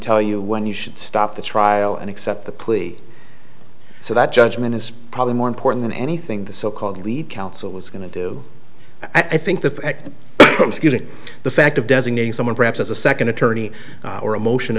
tell you when you should stop the trial and accept the cli so that judgment is probably more important than anything the so called lead counsel is going to do i think that the fact of designating someone perhaps as a second attorney or a motion